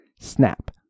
Snap